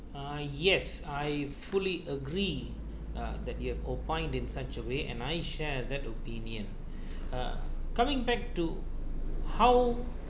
uh yes I fully agree uh that you have opined in such a way and I share that opinion uh coming back to how